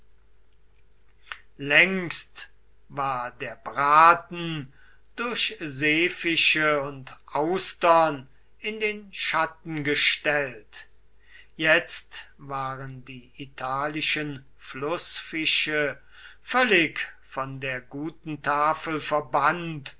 längst war der braten durch seefische und austern in den schatten gestellt jetzt waren die italischen flußfische völlig von der guten tafel verbannt